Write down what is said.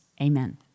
Amen